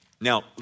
Now